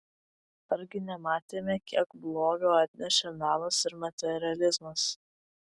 argi nematėme kiek blogio atnešė melas ir materializmas